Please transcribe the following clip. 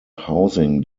housing